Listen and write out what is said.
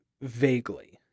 vaguely